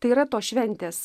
tai yra tos šventės